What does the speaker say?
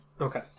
Okay